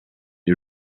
est